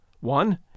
one